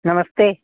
नमस्ते